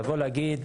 להגיד